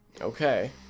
Okay